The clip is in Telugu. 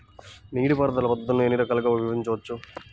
నీటిపారుదల పద్ధతులను ఎన్ని రకాలుగా విభజించవచ్చు?